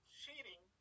cheating